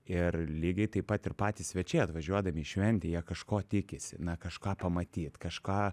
ir lygiai taip pat ir patys svečiai atvažiuodami į šventę jie kažko tikisi na kažką pamatyt kažką